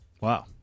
Wow